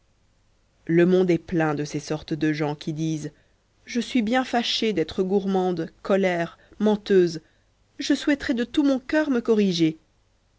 le monde est plein de ces sortes de gens qui disent je suis bien fâchée d'être gourmand colère menteur je souhaiterais de tout mon cœur de me corriger